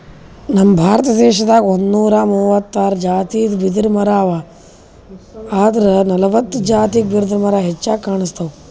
ನಮ್ ಭಾರತ ದೇಶದಾಗ್ ಒಂದ್ನೂರಾ ಮೂವತ್ತಾರ್ ಜಾತಿದ್ ಬಿದಿರಮರಾ ಅವಾ ಆದ್ರ್ ನಲ್ವತ್ತ್ ಜಾತಿದ್ ಬಿದಿರ್ಮರಾ ಹೆಚ್ಚಾಗ್ ಕಾಣ್ಸ್ತವ್